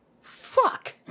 fuck